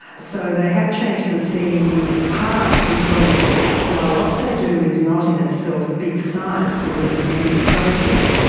so they have changed the scene in part because while what they do is not in itself big science because it's many projects,